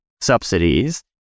subsidies